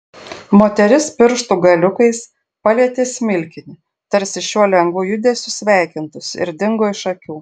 moteris pirštų galiukais palietė smilkinį tarsi šiuo lengvu judesiu sveikintųsi ir dingo iš akių